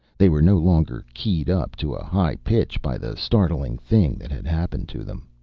they were no longer keyed up to a high pitch by the startling thing that had happened to them.